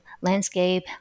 landscape